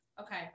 Okay